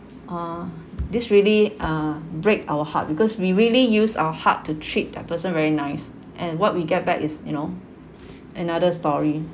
uh this really uh break our heart because we really use our heart to treat that person very nice and what we get back is you know another story